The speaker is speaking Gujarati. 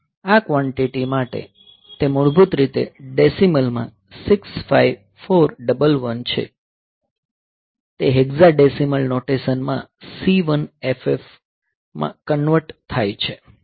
આ ક્વોન્ટીટી માટે તે મૂળભૂત રીતે ડેશીમલ માં 65411 છે તે હેક્ઝા ડેશીમલ નોટેશન માં C1FF માં કન્વર્ટ થાય છે